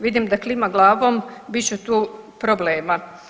Vidim da klima glavom, bit će tu problema.